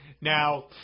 Now